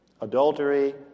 Adultery